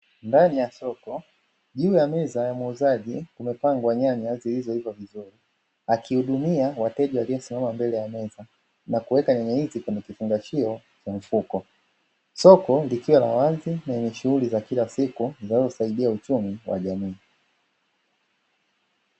Ndani ya soko juu ya meza ya muuzaji, kumepangwa nyanya zilizoiva vizuri, akihudumia wateja waliosimama mbele ya meza, na kuweka nyanya hizi kwenye kifungashio cha mfuko. Soko likiwa la wazi na lenye shughuli za kila siku zinazosaidia uchumi wa jamii.